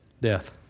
Death